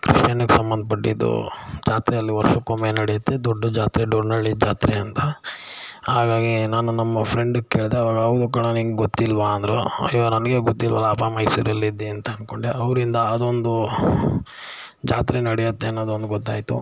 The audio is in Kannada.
ಕ್ರಿಶ್ಚಿಯನ್ನಿಗೆ ಸಂಬಂಧಪಟ್ಟಿದ್ದು ಜಾತ್ರೆ ಅಲ್ಲಿ ವರ್ಷಕ್ಕೊಮ್ಮೆ ನಡೆಯುತ್ತೆ ದೊಡ್ಡ ಜಾತ್ರೆ ಡೋರನಳ್ಳಿ ಜಾತ್ರೆ ಅಂತ ಹಾಗಾಗಿ ನಾನು ನಮ್ಮ ಫ್ರೆಂಡಿಗೆ ಕೇಳಿದೆ ಆವಾಗ ಹೌದು ಕಣೋ ನಿನಗೆ ಗೊತ್ತಿಲ್ಲವಾ ಅಂದರು ಅಯ್ಯೋ ನನಗೆ ಗೊತ್ತಿಲ್ವಲ್ಲಪ್ಪಾ ಮೈಸೂರಲ್ಲಿದ್ದೆ ಅಂತ ಅಂದ್ಕೊಂಡೆ ಅವರಿಂದ ಅದೊಂದು ಜಾತ್ರೆ ನಡೆಯುತ್ತೆ ಅನ್ನೋದೊಂದು ಗೊತ್ತಾಯಿತು